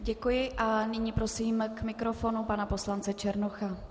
Děkuji, a nyní prosím k mikrofonu pana poslance Černocha.